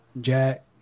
Jack